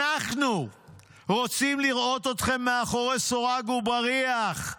אנחנו רוצים לראות אתכם מאחורי סורג ובריח,